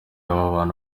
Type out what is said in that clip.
hari